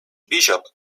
bishop